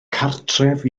cartref